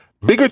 bigger